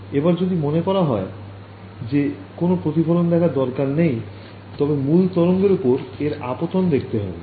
এবার যদি মনে করা হয় যে কোন প্রতিফলন দেখার দরকার নেই তবে মুল তরঙ্গের ওপর এর আপতন দেখতে হবে